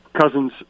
Cousins